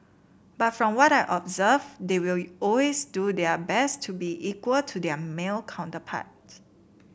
but from what I observed they will always do their best to be equal to their male counterpart